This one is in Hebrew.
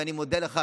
ואני מודה לך,